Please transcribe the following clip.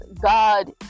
God